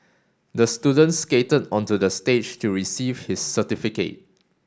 the student skated onto the stage to receive his certificate